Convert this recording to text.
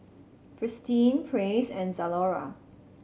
Fristine Praise and Zalora